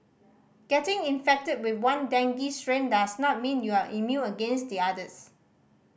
getting infected with one dengue strain does not mean you are immune against the others